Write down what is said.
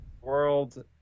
World